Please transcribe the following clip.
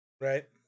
Right